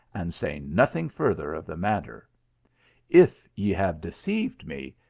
and say nothing further of the matter if ye have deceived me,